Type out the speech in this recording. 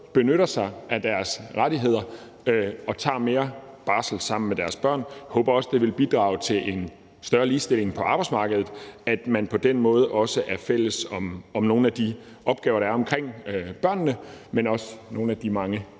benytter sig af deres rettigheder og tager mere barsel sammen med deres børn. Jeg håber også, at det vil bidrage til en større ligestilling på arbejdsmarkedet, at man på den måde også er fælles om nogle af de opgaver, der er omkring børnene, men også nogle af de mange